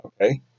Okay